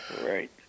right